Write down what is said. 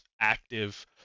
active